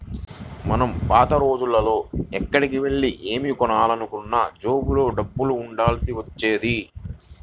మనం పాత రోజుల్లో ఎక్కడికెళ్ళి ఏమి కొనాలన్నా జేబులో డబ్బులు ఉండాల్సి వచ్చేది